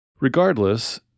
Regardless